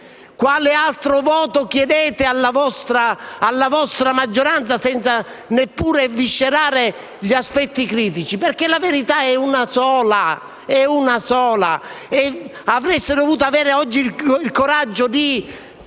Quale altro voto chiedete alla vostra maggioranza, senza neanche sviscerare gli aspetti critici? La verità è una sola, e avreste dovuto avere il coraggio di